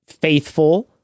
faithful